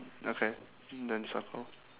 okay then circle